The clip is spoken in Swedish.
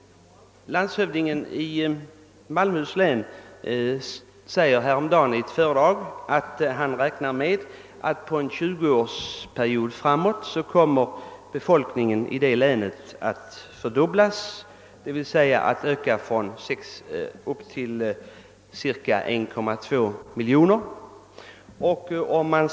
Landshövdingen i Malmöhus län sade häromdagen i ett föredrag att han räknar med att under en tjugoårsperiod framåt befolkningen i länet kommer att fördubblas, d.v.s. öka till cirka 1,2 miljon.